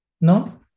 No